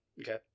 Okay